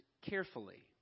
carefully